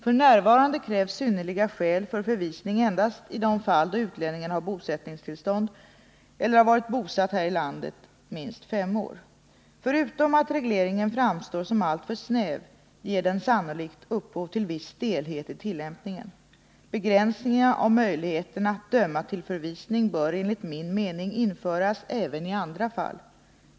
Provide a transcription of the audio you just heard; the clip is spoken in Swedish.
För närvarande krävs synnerliga skäl för förvisning endast i de fall då utlänningen har bosättningstillstånd, eller har varit bosatt här i minst fem år. Förutom att regleringen framstår som alltför snäv ger den sannolikt upphov till viss stelhet i tillämpningen. Begränsningen av möjligheterna att döma till förvisning bör enligt min mening införas även i andra fall.